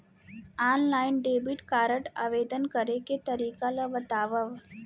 Online debit card आवेदन करे के तरीका ल बतावव?